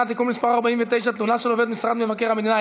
(תיקון מס' 49) (תלונה של עובד משרד מבקר המדינה),